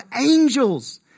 angels